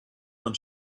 von